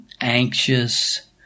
anxious